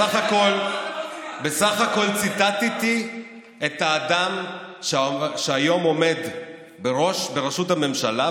בסך הכול בסך הכול ציטטתי את האדם שהיום עומד בראשות הממשלה,